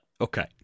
Okay